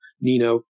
Nino